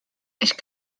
ich